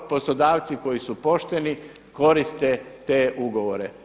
Poslodavci koji su pošteni koriste te ugovore.